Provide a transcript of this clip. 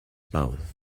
mouth